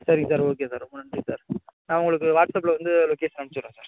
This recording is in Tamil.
சரிங் சார் ஓகே சார் ரொம்ப நன்றி சார் நான் உங்களுக்கு வாட்ஸ்அப்பில் வந்து லொகேஷன் அமிச்சிடுறேன் சார்